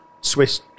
swiss